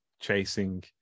chasing